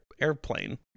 airplane